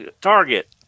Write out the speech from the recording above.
Target